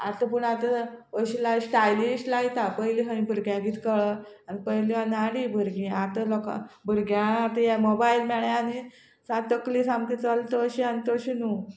आतां पूण आतां अशी स्टायलीश लायता पयली खंय भुरग्यांक कळ आनी पयली अनाडी भुरगीं आतां लोकां भुरग्या आतां ह्या मोबायल मेळ्ळे आनी तकली सामकी चलत अशी आनी तशी न्हू